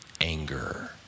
anger